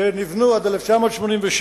שנבנו עד 1986,